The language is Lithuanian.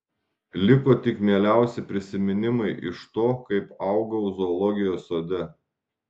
liko tik mieliausi prisiminimai iš to kaip augau zoologijos sode